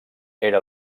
era